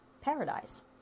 Paradise